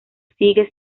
sigue